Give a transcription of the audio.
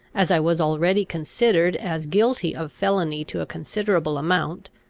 as i was already considered as guilty of felony to a considerable amount,